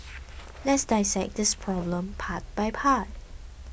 let's dissect this problem part by part